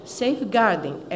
safeguarding